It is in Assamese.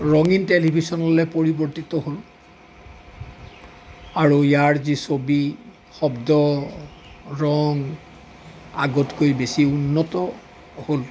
ৰঙীন টেলিভিশ্যনলৈ পৰিৱৰ্তিত হ'ল আৰু ইয়াৰ যি ছবি শব্দ ৰং আগতকৈ বেছি উন্নত হ'ল